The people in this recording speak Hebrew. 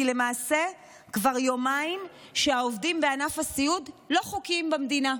כי למעשה כבר יומיים שהעובדים בענף הסיעוד לא חוקיים במדינה.